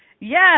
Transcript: Yes